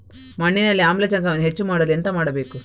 ಮಣ್ಣಿನಲ್ಲಿ ಆಮ್ಲಜನಕವನ್ನು ಹೆಚ್ಚು ಮಾಡಲು ಎಂತ ಮಾಡಬೇಕು?